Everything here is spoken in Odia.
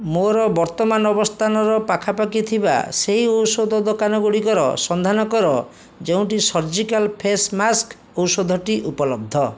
ମୋର ବର୍ତ୍ତମାନ ଅବସ୍ଥାନର ପାଖାପାଖି ଥିବା ସେହି ଔଷଧ ଦୋକାନଗୁଡ଼ିକର ସନ୍ଧାନ କର ଯେଉଁଠି ସର୍ଜିକାଲ୍ ଫେସ୍ ମାସ୍କ୍ ଔଷଧଟି ଉପଲବ୍ଧ